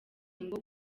ngo